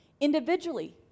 individually